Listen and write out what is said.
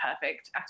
perfect